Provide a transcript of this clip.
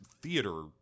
theater